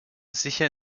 sicher